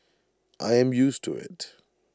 I am used to IT